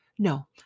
No